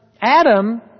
Adam